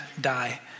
die